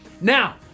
Now